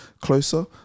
Closer